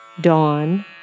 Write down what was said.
Dawn